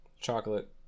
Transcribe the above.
Chocolate